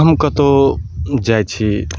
हम कतौ जाइ छी